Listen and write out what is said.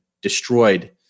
destroyed